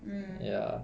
mm